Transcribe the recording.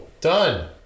Done